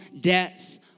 death